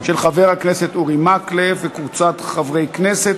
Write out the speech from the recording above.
של חבר הכנסת אורי מקלב וקבוצת חברי הכנסת.